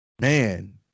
Man